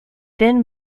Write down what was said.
then